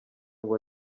ngo